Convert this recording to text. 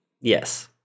Yes